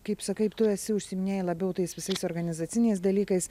kaip sakai tu esi užsiiminėji labiau tais visais organizaciniais dalykais